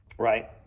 Right